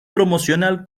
promocional